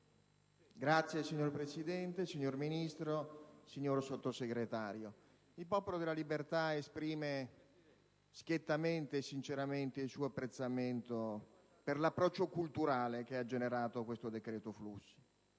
Signor Presidente, signor Ministro, signor Sottosegretario, il Popolo della Libertà esprime schiettamente e sinceramente il suo apprezzamento per l'approccio culturale che ha generato questo decreto flussi: